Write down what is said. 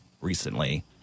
recently